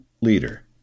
leader